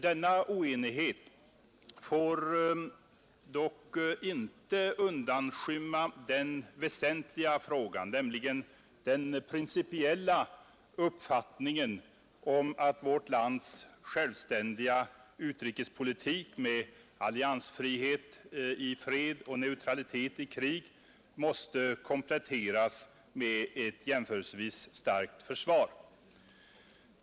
Denna oenighet får dock inte undanskymma den väsentliga frågan, nämligen den principiella uppfattningen om att vårt lands självständiga utrikespolitik med alliansfrihet i fred och naturalitet i krig måste kompletteras med ett jämförelsevis starkt försvar.